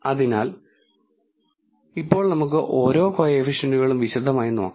അതിനാൽ ഇപ്പോൾ നമുക്ക് ഓരോ കോഎഫിഷിയെന്റുകളും വിശദമായി നോക്കാം